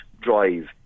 drive